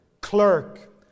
clerk